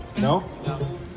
No